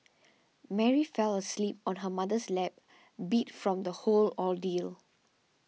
Mary fell asleep on her mother's lap beat from the whole ordeal